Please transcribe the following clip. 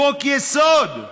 חוק-יסוד,